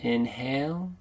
Inhale